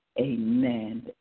Amen